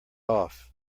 off